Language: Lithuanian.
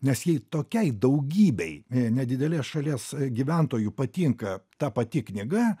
nes jei tokiai daugybei nedidelės šalies gyventojų patinka ta pati knyga